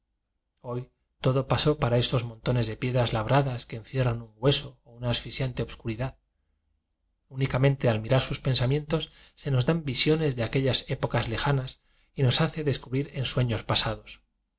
todo pasó para esos montones de piedras labradas que encierran un hueso o la as fixiante obscuridad únicamente al mirar sus pensamientos se nos dan visiones de aquellas épocas lejanas y nos hace descu brir ensueños pasados